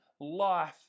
life